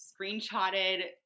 screenshotted